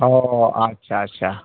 ᱚᱻ ᱟᱪᱪᱷᱟ ᱟᱪᱪᱷᱟ